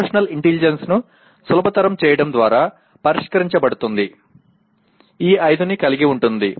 emotional ఇంటెలిజెన్స్ను సులభతరం చేయడం ద్వారా పరిష్కరించబడుతుంది ఈ ఐదుని కలిగి ఉంటుంది